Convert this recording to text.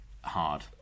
hard